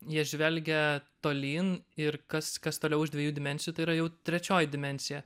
jie žvelgia tolyn ir kas kas toliau už dviejų dimensijų tai yra jau trečioji dimensija